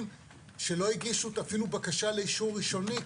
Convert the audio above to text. שלא הגישו אפילו בקשה לאישור ראשוני.